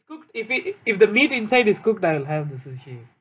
cooked if it if the meat inside is cooked I'll have the sushi